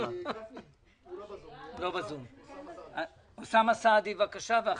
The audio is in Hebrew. העיר החזקים עברו שוב ליישובים שמקבלים הטבה של 12%. אני